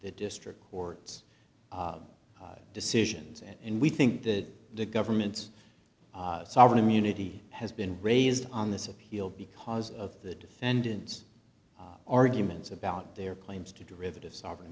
the district courts decisions and we think that the government's sovereign immunity has been raised on this appeal because of the defendant's arguments about their claims to derivative sovereign